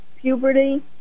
puberty